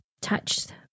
touched